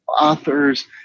authors